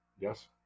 Yes